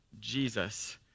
Jesus